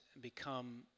become